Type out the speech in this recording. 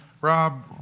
Rob